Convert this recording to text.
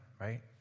right